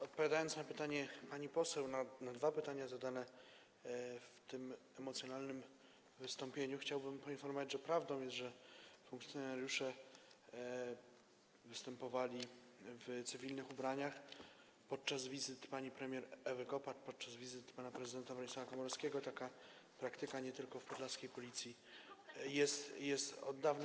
Odpowiadając na pytanie pani poseł, na dwa pytania zadane w tym emocjonalnym wystąpieniu, chciałbym poinformować, że prawdą jest, że funkcjonariusze występowali w cywilnych ubraniach podczas wizyt pani premier Ewy Kopacz, podczas wizyt pana prezydenta Bronisława Komorowskiego, taka praktyka nie tylko w podlaskiej Policji jest od dawna.